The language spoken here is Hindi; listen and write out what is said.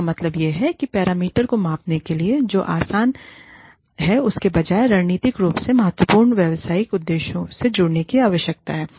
जिसका मतलब है कि पैरामीटर को मापने के लिए जो आसान है उसके बजाय रणनीतिक रूप से महत्वपूर्ण व्यावसायिक उद्देश्यों से जुड़ने की आवश्यकता है